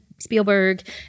Spielberg